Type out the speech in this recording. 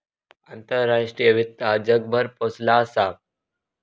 आंतराष्ट्रीय वित्त आज जगभर पोचला असा